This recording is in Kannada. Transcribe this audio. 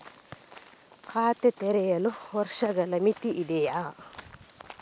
ಖಾತೆ ತೆರೆಯಲು ವರ್ಷಗಳ ಮಿತಿ ಇದೆಯೇ?